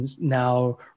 now